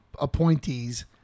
appointees